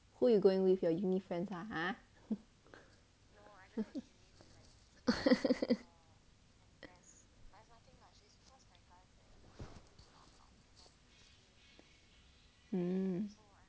who you going with your uni friends ah !huh! hmm